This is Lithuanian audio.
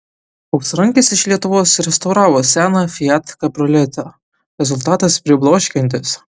auksarankis iš lietuvos restauravo seną fiat kabrioletą rezultatas pribloškiantis